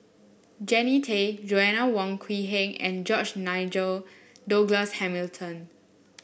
Jannie Tay Joanna Wong Quee Heng and George Nigel Douglas Hamilton